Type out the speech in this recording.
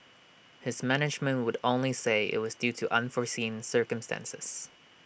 his management would only say IT was due to unforeseen circumstances